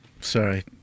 sorry